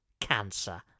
Cancer